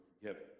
forgiven